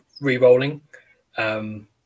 re-rolling